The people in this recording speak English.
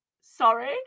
sorry